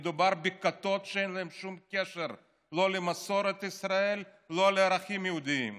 מדובר בכיתות שאין להן שום קשר לא למסורת ישראל ולא לערכים יהודיים.